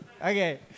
okay